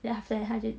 then after that 他就